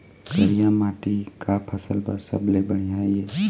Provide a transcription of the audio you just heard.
करिया माटी का फसल बर सबले बढ़िया ये?